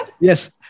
Yes